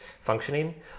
functioning